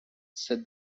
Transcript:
set